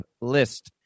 List